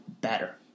better